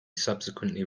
subsequently